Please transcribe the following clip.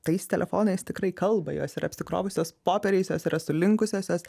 tais telefonais tikrai kalba jos yra apsikrovusios popieriais jos yra sulinkusios jos